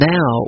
Now